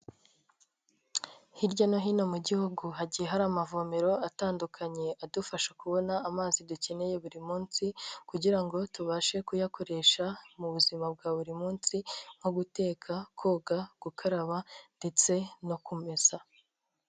Hirya no hino mu gihugu hagiye hari amavomero atandukanye adufasha kubona amazi dukeneye buri munsi kugira ngo tubashe kuyakoresha mu buzima bwa buri munsi nko guteka, koga, gukaraba ndetse no kumesa.